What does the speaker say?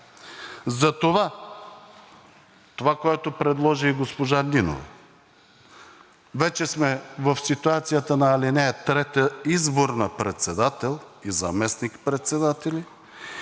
Затова това, което предложи и госпожа Нинова, вече сме в ситуацията на ал. 3 – избор на председател и заместник-председатели,